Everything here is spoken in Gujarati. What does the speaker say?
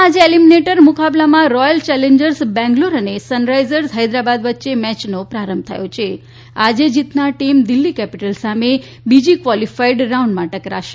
માં આજે એલીમીનેટર મુકાબલામાં રોયલ ચેલેન્જર બેંગ્લોર અને સનસાઇઝ્સ હૈદરાબાદ વચ્ચે મેયનો પ્રારંભ થયો છે આજે પ્રતનગર ટીમ દીલ્ફી કેપીટલ્સ સામે બીજા ક્વોલીફાઇડ રાઉન્ડમાં ટકરાશે